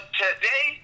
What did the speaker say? today